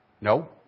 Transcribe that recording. No